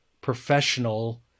professional